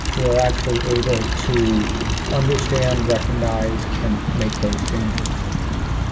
we're actually able to understand, recognize and make those changes.